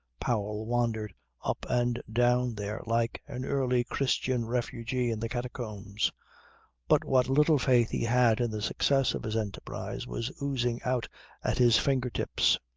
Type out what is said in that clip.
powell wandered up and down there like an early christian refugee in the catacombs but what little faith he had in the success of his enterprise was oozing out at his finger-tips.